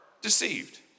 deceived